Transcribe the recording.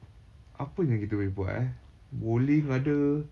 apa yang kita boleh buat eh bowling ada